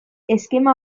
eskema